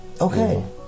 Okay